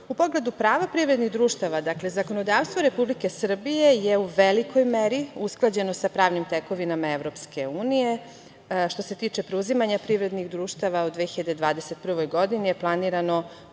pogledu prava privrednih društava, zakonodavstvo Republike Srbije je u velikoj meri usklađeno sa pravnim tekovinama Evropske unije. Što se tiče preuzimanja privrednih društava od 2020. godine je planirano